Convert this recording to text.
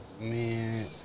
Man